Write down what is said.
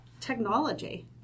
technology